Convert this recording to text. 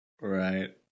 Right